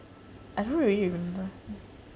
I don't really remember